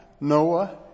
Noah